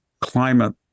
climate